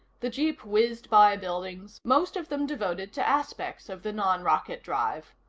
the jeep whizzed by buildings, most of them devoted to aspects of the non-rocket drive.